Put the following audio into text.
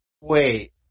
wait